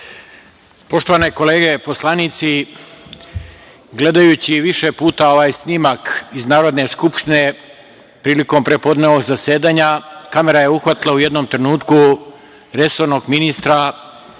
Poštovane kolege poslanici, gledajući više puta ovaj snimak iz Narodne skupštine, prilikom prepodnevnog zasedanja, kamera je uhvatila u jednom trenutku resornog ministra kako